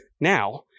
now